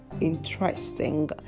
interesting